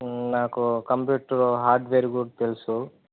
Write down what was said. నాకు computer hardware గురించి తెలుసు